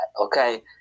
okay